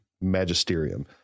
magisterium